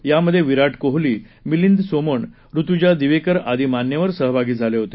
यामध्ये विराट कोहली मिलिंद सोमण ऋतुजा दिवेकर आदी मान्यवर सहभागी झाले होते